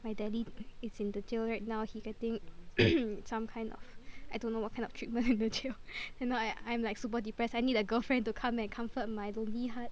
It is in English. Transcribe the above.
my daddy is in the jail right now he getting some kind of I don't know what kind of treatment in the jail and now I I'm like super depressed I need a girlfriend to come and comfort my lonely heart